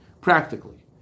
Practically